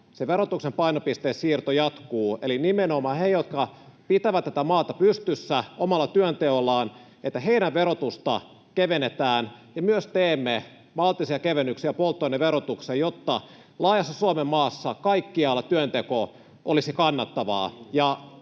verotuksen painopisteen siirto jatkuu eli nimenomaan kevennetään heidän verotustaan, jotka pitävät tätä maata pystyssä omalla työnteollaan, ja myös teemme maltillisia kevennyksiä polttoaineverotukseen, jotta laajassa Suomenmaassa kaikkialla työnteko olisi kannattavaa.